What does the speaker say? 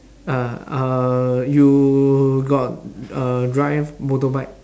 ah uh you got uh drive motorbike